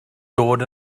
dod